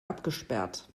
abgesperrt